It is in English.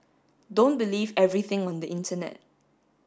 don't believe everything on the internet